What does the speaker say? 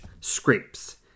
scrapes